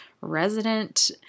resident